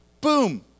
Boom